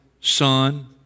son